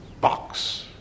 box